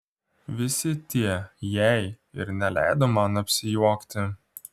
visi tie jei ir neleido man apsijuokti